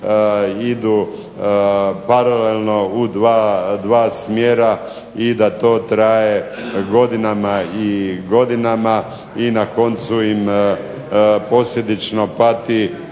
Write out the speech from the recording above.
idu paralelno u dva smjera i da to traje godinama i godinama i na koncu im posljedično pati